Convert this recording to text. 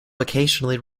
occasionally